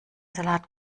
salat